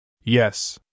Yes